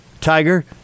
Tiger